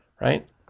right